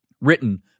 written